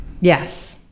Yes